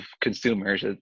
consumers